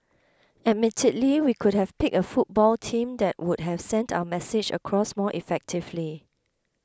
admittedly we could have picked a football team that would have sent our message across more effectively